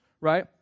right